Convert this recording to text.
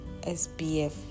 SPF